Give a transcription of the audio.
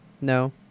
No